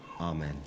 Amen